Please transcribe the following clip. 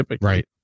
Right